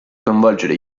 coinvolgere